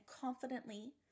confidently